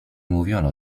mówiono